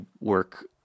work